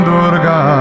Durga